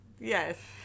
yes